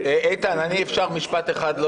איתן, אפשר משפט אחד?